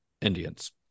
Indians